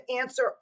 answer